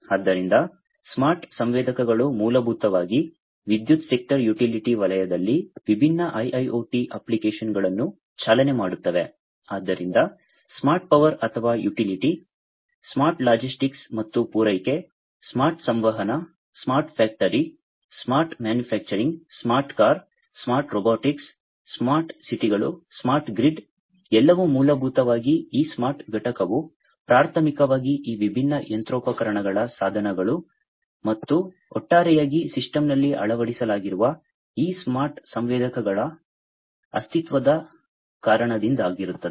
ಆದ್ದರಿಂದ ಸ್ಮಾರ್ಟ್ ಸಂವೇದಕಗಳು ಮೂಲಭೂತವಾಗಿ ವಿದ್ಯುತ್ ಸೆಕ್ಟರ್ ಯುಟಿಲಿಟಿ ವಲಯದಲ್ಲಿ ವಿಭಿನ್ನ IIoT ಅಪ್ಲಿಕೇಶನ್ಗಳನ್ನು ಚಾಲನೆ ಮಾಡುತ್ತವೆ ಆದ್ದರಿಂದ ಸ್ಮಾರ್ಟ್ ಪವರ್ ಅಥವಾ ಯುಟಿಲಿಟಿ ಸ್ಮಾರ್ಟ್ ಲಾಜಿಸ್ಟಿಕ್ಸ್ ಮತ್ತು ಪೂರೈಕೆ ಸ್ಮಾರ್ಟ್ ಸಂವಹನ smart factory smart manufacturing smart car smart robotics smart ಸಿಟಿಗಳು ಸ್ಮಾರ್ಟ್ ಗ್ರಿಡ್ ಎಲ್ಲವೂ ಮೂಲಭೂತವಾಗಿ ಈ ಸ್ಮಾರ್ಟ್ ಘಟಕವು ಪ್ರಾಥಮಿಕವಾಗಿ ಈ ವಿಭಿನ್ನ ಯಂತ್ರೋಪಕರಣಗಳ ಸಾಧನಗಳು ಮತ್ತು ಒಟ್ಟಾರೆಯಾಗಿ ಸಿಸ್ಟಮ್ನಲ್ಲಿ ಅಳವಡಿಸಲಾಗಿರುವ ಈ ಸ್ಮಾರ್ಟ್ ಸಂವೇದಕಗಳ ಅಸ್ತಿತ್ವದ ಕಾರಣದಿಂದಾಗಿರುತ್ತದೆ